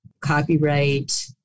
copyright